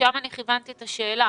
לשם כיוונתי את השאלה.